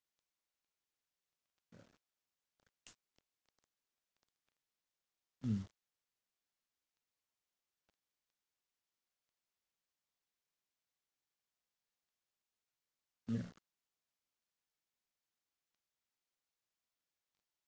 mm mm ya